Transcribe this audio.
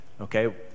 okay